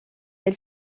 elle